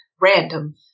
random